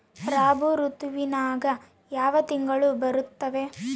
ರಾಬಿ ಋತುವಿನ್ಯಾಗ ಯಾವ ತಿಂಗಳು ಬರ್ತಾವೆ?